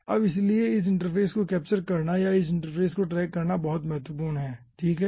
अब इसलिए इस इंटरफ़ेस को कैप्चर करना या इस इंटरफ़ेस को ट्रैक करना बहुत महत्वपूर्ण है ठीक है